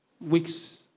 weeks